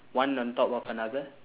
one on top of another